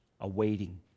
awaiting